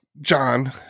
John